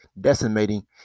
decimating